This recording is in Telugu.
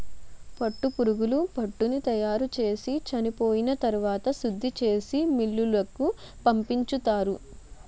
పట్టుపురుగులు పట్టుని తయారుచేసి చెనిపోయిన తరవాత శుద్ధిచేసి మిల్లులకు పంపించుతారు